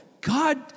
God